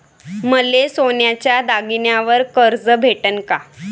मले सोन्याच्या दागिन्यावर कर्ज भेटन का?